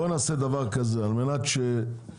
בוא נעשה דבר כזה על מנת שנתקדם,